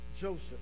Joseph